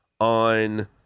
on